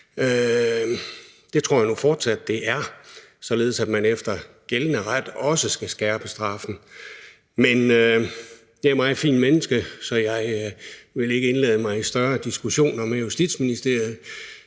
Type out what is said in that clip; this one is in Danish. Det tror jeg nu fortsat det er, således at man efter gældende ret også skal skærpe straffen, men jeg er et meget fint menneske, så jeg vil ikke indlade mig i en større diskussion med Justitsministeriet.